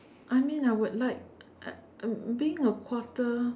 I mean I would like um being a quarter